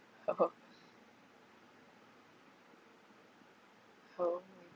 oh oh